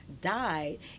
died